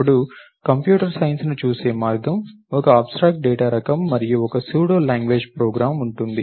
అప్పుడు కంప్యూటర్ సైన్స్ని చూసే మార్గం ఒక అబ్స్ట్రాక్ట్ డేటా రకం మరియు ఒక సూడో లాంగ్వేజ్ ప్రోగ్రామ్ ఉంటుంది